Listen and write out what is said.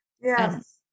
Yes